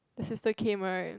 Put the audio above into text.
the sister came right